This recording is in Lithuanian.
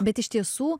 bet iš tiesų